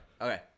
okay